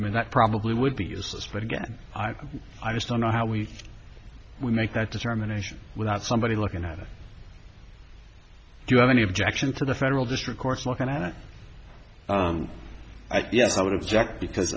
i mean that probably would be useless but again i just don't know how we make that determination without somebody looking at it do you have any objection to the federal district courts looking at it yes i would object because